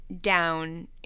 down